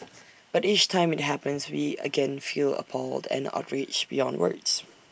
but each time IT happens we again feel appalled and outraged beyond words